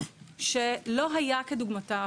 שלא היה כדוגמתה.